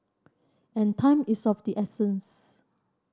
and time is of the essence